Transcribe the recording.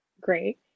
great